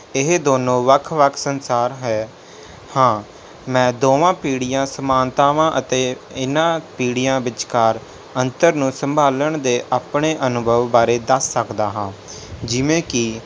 ਇਹ ਦੋਨੋਂ ਵੱਖ ਵੱਖ ਸੰਸਾਰ ਹੈ ਹਾਂ ਮੈਂ ਦੋਵਾਂ ਪੀੜ੍ਹੀਆਂ ਸਮਾਨਤਾਵਾਂ ਅਤੇ ਇਹਨਾਂ ਪੀੜ੍ਹੀਆਂ ਵਿਚਕਾਰ ਅੰਤਰ ਨੂੰ ਸੰਭਾਲਣ ਦੇ ਆਪਣੇ ਅਨੁਭਵ ਬਾਰੇ ਦੱਸ ਸਕਦਾ ਹਾਂ ਜਿਵੇਂ ਕਿ